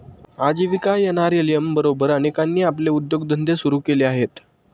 आजीविका एन.आर.एल.एम बरोबर अनेकांनी आपले उद्योगधंदे सुरू केले आहेत